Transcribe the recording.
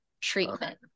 treatment